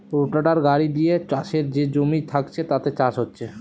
রোটাটার গাড়ি দিয়ে চাষের যে জমি থাকছে তাতে চাষ হচ্ছে